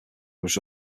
was